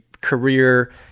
career